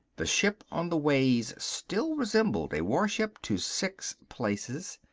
the ship on the ways still resembled a warship to six places.